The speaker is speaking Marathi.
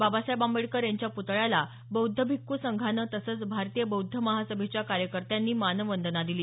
बाबासाहेब आंबेडकर यांच्या प्तळ्याला बौद्ध भिक्खू संघानं तसंच भारतीय बौद्ध महासभेच्या कार्यकर्त्यांनी मानवंदना दिली